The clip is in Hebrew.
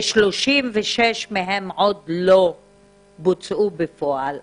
ש-36 מהן עוד לא בוצעו בפועל.